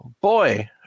boy